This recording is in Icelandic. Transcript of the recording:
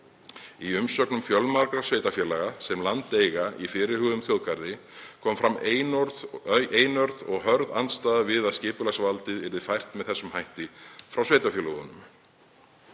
Í umsögnum fjölmargra sveitarfélaga, sem land eiga í fyrirhuguðum þjóðgarði, kom fram einörð og hörð andstaða við að skipulagsvaldið yrði fært með þessum hætti frá sveitarfélögunum.